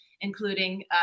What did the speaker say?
including